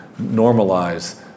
normalize